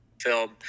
film